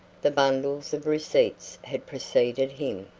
the bundles of receipts had preceded him.